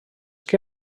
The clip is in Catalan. que